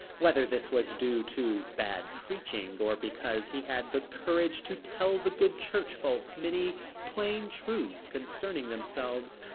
whether this was due to bad preaching or because he had the courage to tell the good church folk many plain truths concerning themselves,